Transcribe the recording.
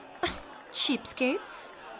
Cheapskates